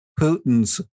Putin's